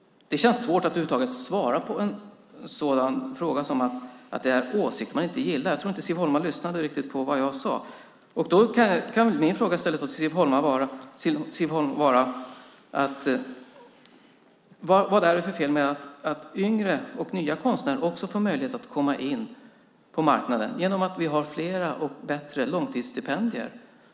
Det känns svårt att över huvud taget svara på en sådan fråga, att det är åsikter man inte gillar. Jag tror inte att Siv Holma riktigt lyssnade på vad jag sade. Min fråga till Siv Holma kan då vara: Vad är det för fel med att yngre och nya konstnärer också får möjlighet att komma in på marknaden genom att vi har fler och bättre långtidsstipendier?